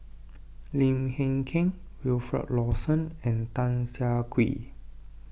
Lim Hng Kiang Wilfed Lawson and Tan Siak Kew